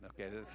okay